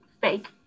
fake